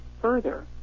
further